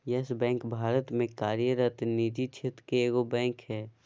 yes Bank Bharat में कार्यरत निजी क्षेत्र के एगो बैंक हइ